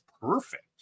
perfect